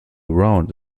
round